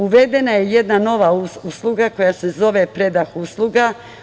Uvedena je jedna nova usluga koja se zove „predah usluga“